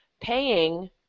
paying